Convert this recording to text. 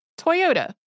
Toyota